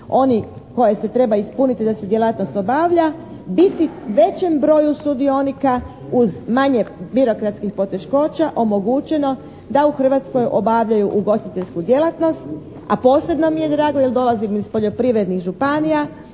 oni koje se treba ispuniti da se djelatnost obavlja biti većem broju sudionika uz manje birokratskih poteškoća omogućeno da u Hrvatskoj obavljaju ugostiteljsku djelatnost, a posebno mi je drago jer dolazim iz poljoprivrednih županija